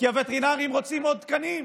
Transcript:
הווטרינרים רוצים עוד תקנים.